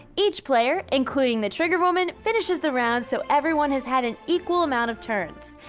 each player, including the trigger woman, finishes the round so everyone has had an equal amount of turns.